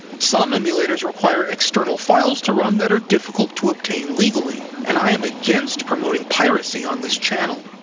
some emulators require external files to run that are difficult to obtain legally, and i am against promoting piracy on this channel.